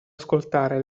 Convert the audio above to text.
ascoltare